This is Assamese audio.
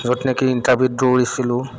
য'ত নেকি ইণ্টাৰভিউত দৌৰিছিলোঁ